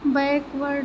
backward